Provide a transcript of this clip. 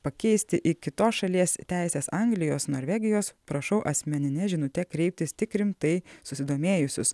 pakeisti į kitos šalies teises anglijos norvegijos prašau asmenine žinute kreiptis tik rimtai susidomėjusius